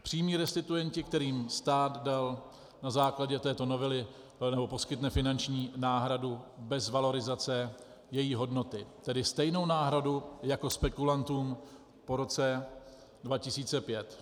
Přímí restituenti, kterým stát dal na základě této novely nebo poskytne finanční náhradu bez valorizace její hodnoty, tedy stejnou náhradu jako spekulantům po roce 2005.